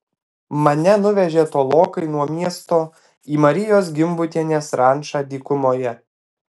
mane nuvežė tolokai nuo miesto į marijos gimbutienės rančą dykumoje